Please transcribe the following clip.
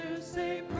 say